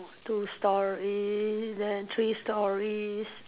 two stories then three stories